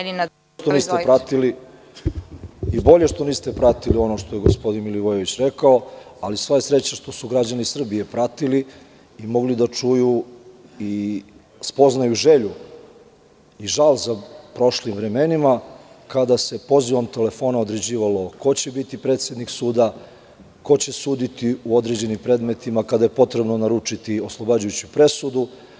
Niste pratili i bolje što niste pratili ono što je gospodin Milivojević rekao, ali je sva sreća što su građani Srbije pratili i mogli da čuju i spoznaju želju i žal za prošlim vremenima kada se pozivom telefona određivalo ko će biti predsednik suda, ko će suditi u određenim predmetima kada je potrebno naručiti oslobađajuću presudu.